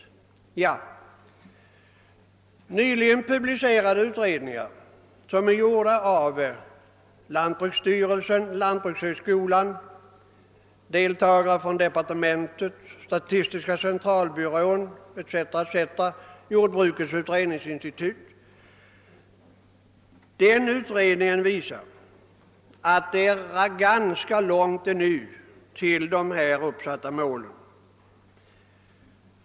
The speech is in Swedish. Nyligen publicerade utredningar av lantbruksstyrelsen, lantbrukshögskolan, representanter för departementet, statistiska centralbyrån, jordbrukets utredningsinstitut etc. visar att det ännu är ganska långt kvar till de här uppsatta målen.